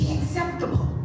acceptable